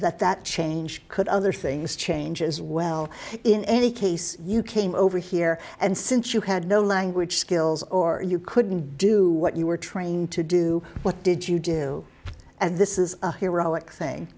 that change could other things change as well in any case you came over here and since you had no language skills or you couldn't do what you were trained to do what did you do and this is a heroic thing